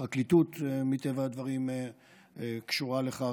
הפרקליטות מטבע הדברים קשורה לכך,